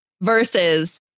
versus